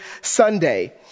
Sunday